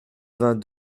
vingt